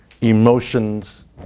emotions